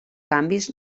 canvis